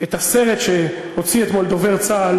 את הסרט שהוציא אתמול דובר צה"ל,